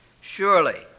Surely